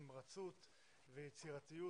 נמרצות ויצירתיות,